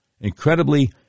incredibly